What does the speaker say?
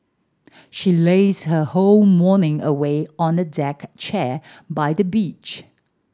she lazed her whole morning away on a deck chair by the beach